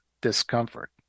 discomfort